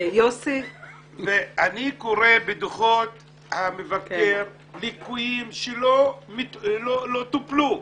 אני קורא בדוחות המבקר על ליקויים שלא טופלו,